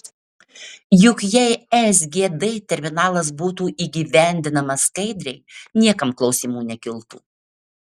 juk jei sgd terminalas būtų įgyvendinamas skaidriai niekam klausimų nekiltų